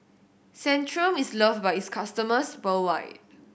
centrum is loved by its customers worldwide